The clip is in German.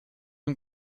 und